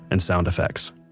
and sound effects